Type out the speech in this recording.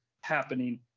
happening